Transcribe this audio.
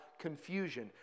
confusion